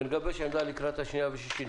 ונגבש עמדה לקראת הקריאה השנייה והשלישית.